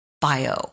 bio